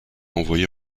renvoyé